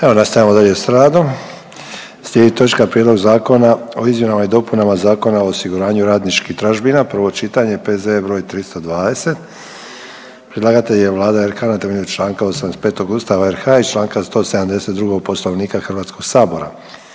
Evo nastavljamo dalje s radom. Slijedi točka: - Prijedlog zakona o izmjenama i dopunama Zakona o osiguranju radničkih tražbina, prvo čitanje, P.Z.E. br. 320. Predlagatelj je Vlada RH na temelju čl. 85. Ustava RH i čl. 172. Poslovnika HS-a.